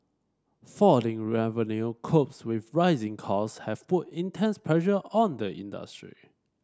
falling revenue couples with rising cost have put intense pressure on the industry